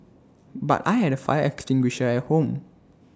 but I had A fire extinguisher at home